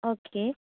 okay